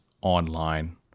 online